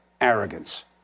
arrogance